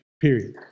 period